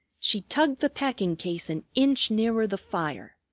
she tugged the packing-case an inch nearer the fire.